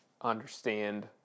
understand